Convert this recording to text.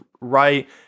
right